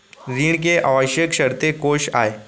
ऋण के आवश्यक शर्तें कोस आय?